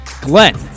Glenn